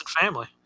family